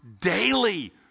daily